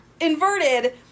inverted